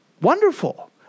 Wonderful